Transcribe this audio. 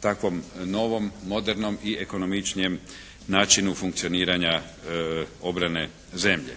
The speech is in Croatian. takvom novom, modernom i ekonomičnijem načinu funkcioniranja obrane zemlje.